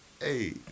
hey